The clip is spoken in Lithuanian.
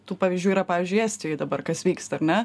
tų pavyzdžių yra pavyzdžiui estijoj dabar kas vyksta ar ne